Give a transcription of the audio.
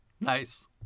Nice